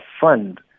fund